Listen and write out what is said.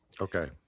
Okay